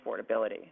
affordability